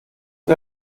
für